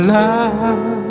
love